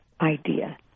idea